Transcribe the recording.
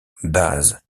base